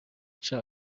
sha